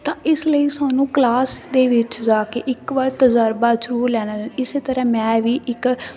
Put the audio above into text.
ਤਾਂ ਇਸ ਲਈ ਸਾਨੂੰ ਕਲਾਸ ਦੇ ਵਿੱਚ ਜਾ ਕੇ ਇੱਕ ਵਾਰ ਤਜ਼ਰਬਾ ਜ਼ਰੂਰ ਲੈਣਾ ਇਸ ਤਰ੍ਹਾਂ ਮੈਂ ਵੀ ਇੱਕ